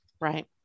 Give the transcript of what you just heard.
right